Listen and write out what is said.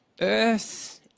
earth